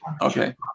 Okay